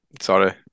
Sorry